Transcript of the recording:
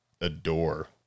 adore